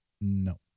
No